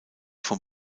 vom